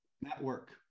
Network